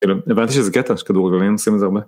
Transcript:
הבנתי שזה קטע שכדורגלנים עושים את זה הרבה.